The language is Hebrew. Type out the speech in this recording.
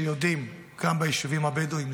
חבר הכנסת עטאונה.